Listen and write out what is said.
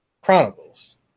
chronicles